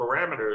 parameters